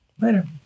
Later